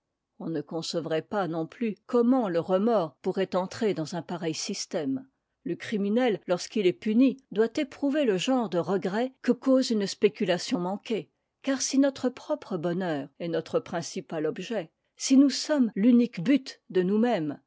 on ne concevrait pas non plus comment le remords pourrait entrer dans un pareil système le criminel lorsqu'il est puni doit éprouver le genre de regret que cause une spéculation manquée car si notre propre bonheur est notre principal objet si nous sommes l'unique but de nous-mêmes